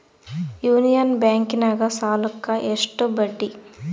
Union ಬ್ಯಾಂಕಿನಾಗ ಸಾಲುಕ್ಕ ಎಷ್ಟು ಬಡ್ಡಿ?